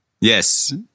Yes